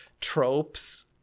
tropes